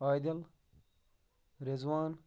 Adil Rizwan